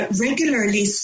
regularly